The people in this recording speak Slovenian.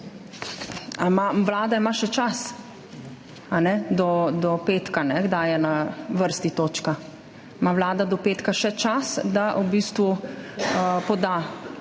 Vlada ima še čas do petka, ko je na vrsti točka. Vlada ima do petka še čas, da poda